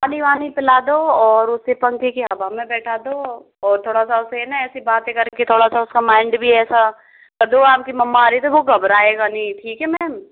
पानी वानी पीला दो और उसे पंखे की हवा में बैठा दो और थोड़ा सा उसे ना थोड़ी सी ऐसी बातें करके थोड़ा सा उसका माइंड भी ऐसा दो आपकी मम्मा आ रही हैं देखो घबराएगा नहीं ठीक हैं मैम